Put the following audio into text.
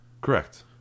Correct